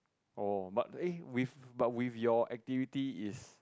oh but aye with but with your activity is